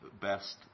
best